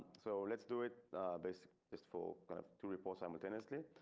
so let's do it basically just for kind of to report simultaneously.